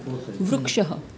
वृक्षः